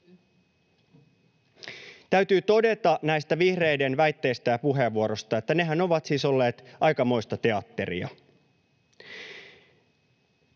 Täytyy todeta näistä vihreiden väitteistä ja puheenvuoroista, että nehän ovat siis olleet aikamoista teatteria.